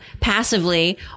passively